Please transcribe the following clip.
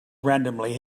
randomly